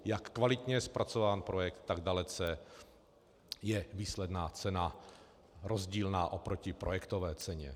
Jak kvalitně je zpracován projekt, tak dalece je výsledná cena rozdílná oproti projektové ceně.